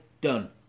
done